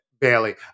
Bailey